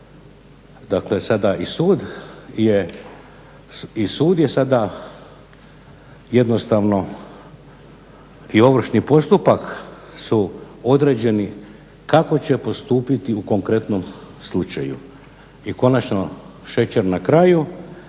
Dakle, sada i sud je jednostavno, i ovršni postupak su određeni kako će postupiti u konkretnom slučaju. I konačno, šećer na kraju,